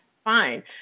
Fine